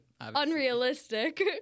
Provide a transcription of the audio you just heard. Unrealistic